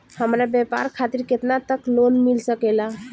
हमरा व्यापार खातिर केतना तक लोन मिल सकेला?